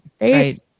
right